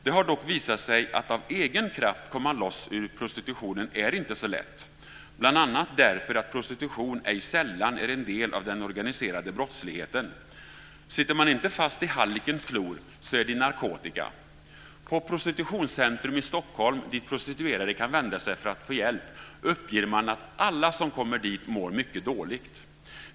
Det har dock visat sig att det inte är så lätt att av egen kraft komma loss ur prostitutionen, bl.a. därför att prostitution ej sällan är en del av den organiserade brottsligheten. Sitter man inte fast i hallickens klor så är det i narkotika. På Prostitutionscentrum i Stockholm, dit prostituerade kan vända sig för att få hjälp, uppger man att alla som kommer dit mår mycket dåligt.